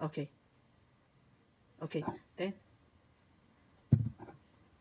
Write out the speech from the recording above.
okay okay then